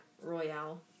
royale